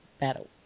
battle